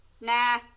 Nah